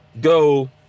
go